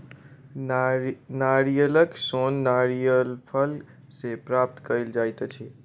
नारियलक सोन नारियलक फल सॅ प्राप्त कयल जाइत अछि